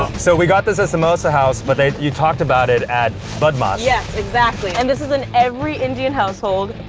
so we got this at samosa house but you talked about it at badmaash. yeah exactly! and this is in every indian household.